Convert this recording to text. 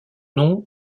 nom